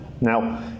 Now